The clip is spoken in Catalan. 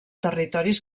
territoris